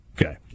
Okay